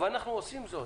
אבל אנחנו עושים זאת.